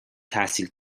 تحصیل